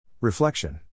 Reflection